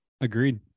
agreed